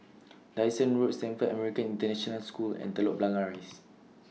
Dyson Road Stamford American International School and Telok Blangah Rise